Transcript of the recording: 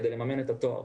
כדי לממן את התואר.